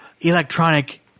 electronic